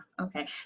Okay